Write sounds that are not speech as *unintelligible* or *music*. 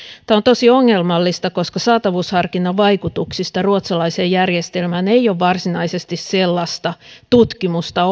tämä on tosi ongelmallista koska saatavuusharkinnan vaikutuksista ruotsalaiseen järjestelmään ei ole varsinaisesti olemassa sellaista tutkimusta *unintelligible*